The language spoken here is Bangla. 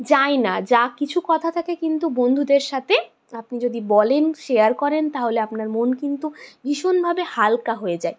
যায় না যা কিছু কথা থাকে কিন্তু বন্ধুদের সাথে আপনি যদি বলেন শেয়ার করেন তাহলে আপনার মন কিন্তু ভীষণভাবে হালকা হয়ে যায়